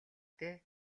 дээ